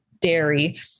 dairy